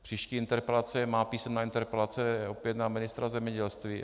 Příští interpelace má písemná interpelace je opět na ministra zemědělství.